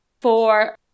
four